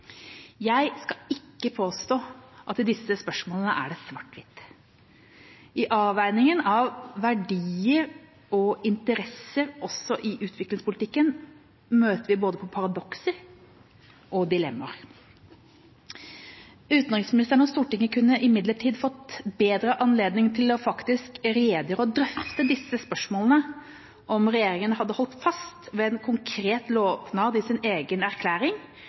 Jeg skal ikke påstå at det i disse spørsmålene er svarthvitt. I avveiningen av verdier og interesser i utviklingspolitikken møter vi på både paradokser og dilemmaer. Utenriksministeren og Stortinget kunne imidlertid fått bedre anledning til faktisk å redegjøre og drøfte disse spørsmålene om regjeringa hadde holdt fast ved en konkret lovnad i sin egen erklæring: